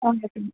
అవును చెప్పింది